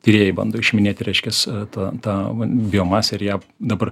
tyrėjai bando išiminėti reiškias tą tą biomasę ir ją dabar